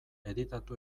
editatu